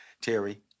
Terry